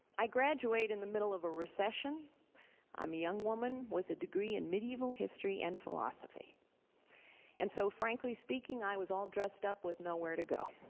i graduate in the middle of a recession i'm a young woman with a degree in medieval history and philosophy and so frankly speaking i was all dressed up with nowhere to go.